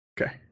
Okay